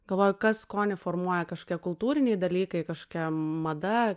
galvoju kad skonį formuoja kažkokie kultūriniai dalykai kažkokia mada